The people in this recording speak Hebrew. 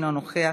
אינו נוכח,